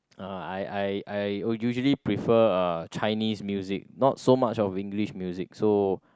uh I I I usually prefer uh Chinese music not so much of English music so